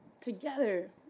Together